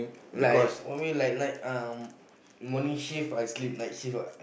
like always like night morning shift I sleep night shift what